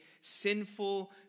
sinful